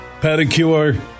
pedicure